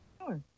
Sure